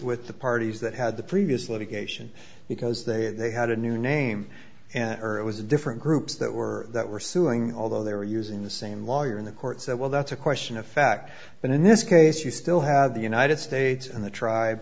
with the parties that had the previous litigation because they had a new name and or it was a different groups that were that were suing although they were using the same lawyer in the court said well that's a question of fact but in this case you still have the united states and the tribe